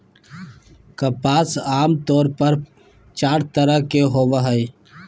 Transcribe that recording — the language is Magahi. कपास आमतौर पर चार तरह के होवो हय